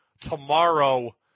Tomorrow